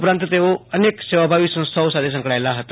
ઉપરાંત તેઓ અનેક સેવાભાવી સંસ્થાઓ સાથે સંકળાયેલા હતા